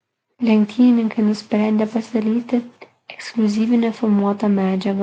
lenktynininkai nusprendė pasidalyti ekskliuzyvine filmuota medžiaga